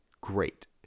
great